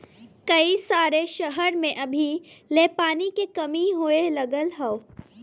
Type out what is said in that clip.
कई सारे सहर में अभी ले पानी के कमी होए लगल हौ